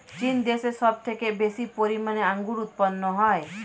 চীন দেশে সব থেকে বেশি পরিমাণে আঙ্গুর উৎপন্ন হয়